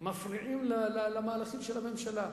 מפריעים למהלכים של הממשלה.